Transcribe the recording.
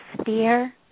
sphere